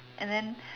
and then